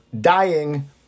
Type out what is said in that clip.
dying